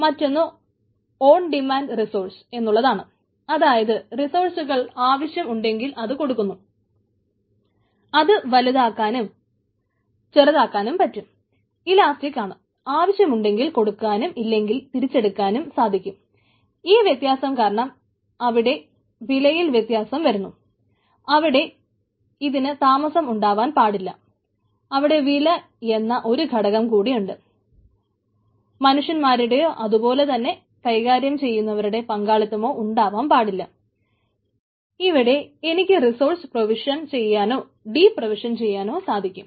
മറ്റൊന്ന് on demand resource ചെയ്യാനോ സാധിക്കും